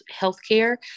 healthcare